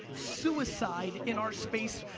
suicide in our space,